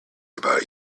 about